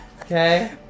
Okay